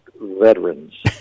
Veterans